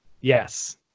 Yes